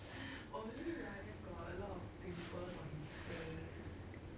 only ryan got a lot of pimples on his face